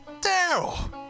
Daryl